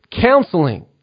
counseling